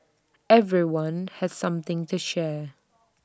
everyone had something to share